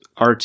RT